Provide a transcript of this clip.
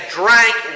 drank